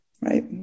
right